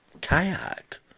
kayak